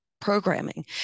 programming